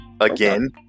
again